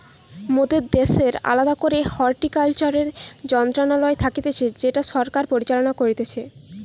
মোদের দ্যাশের আলদা করেই হর্টিকালচারের মন্ত্রণালয় থাকতিছে যেটা সরকার পরিচালনা করতিছে